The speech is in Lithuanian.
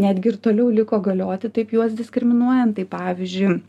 netgi ir toliau liko galioti taip juos diskriminuojant tai pavyzdžiui